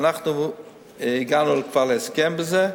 שאנחנו הגענו כבר להסכם בזה,